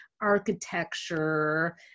architecture